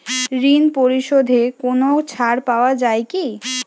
ঋণ পরিশধে কোনো ছাড় পাওয়া যায় কি?